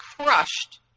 crushed